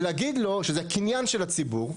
ולהגיד לו שזה הקניין של הציבור,